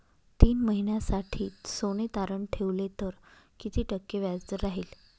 तीन महिन्यासाठी सोने तारण ठेवले तर किती टक्के व्याजदर राहिल?